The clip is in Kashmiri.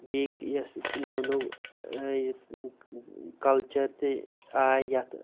بیٚیہِ یۄس نٔو نٔو کَلچَر تہِ آیہِ یِتھ